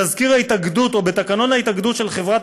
בתזכיר ההתאגדות או בתקנון ההתאגדות של חברת